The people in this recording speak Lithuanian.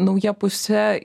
nauja puse